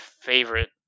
favorite